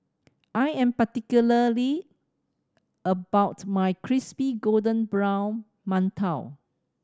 I am particularly about my crispy golden brown mantou